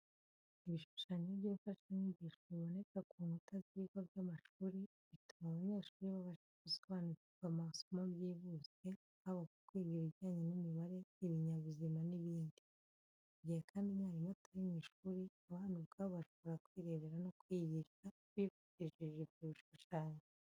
Ibishushanyo by’imfashanyigisho biboneka ku nkuta z'ibigo by'amashuri, bituma abanyeshuri babasha gusobanukirwa amasomo byihuse, haba mu kwiga ibijyanye n’imibare, ibinyabuzima n’ibindi. Mu gihe kandi umwarimu atari mu ishuri, abana ubwabo bashobora kwirebera no kwiyigisha bifashishije ibyo bishushanyo.